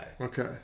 Okay